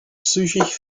psychisch